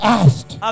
asked